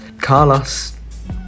Carlos